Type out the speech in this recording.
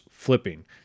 flipping